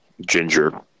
Ginger